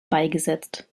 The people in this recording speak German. beigesetzt